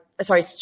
sorry